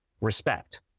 respect